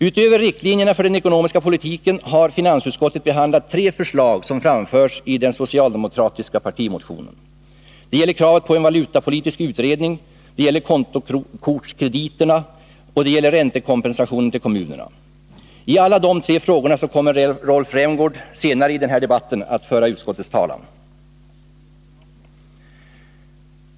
Utöver riktlinjerna för den ekonomiska politiken har finansutskottet behandlat tre förslag som framförs i den socialdemokratiska partimotionen. Det gäller kravet på en valutapolitisk utredning, kontokortskrediterna och räntekompensation till kommunerna. I dessa tre frågor kommer Rolf Rämgård senare i debatten att föra utskottets talan.